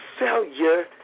failure